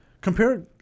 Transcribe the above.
Compare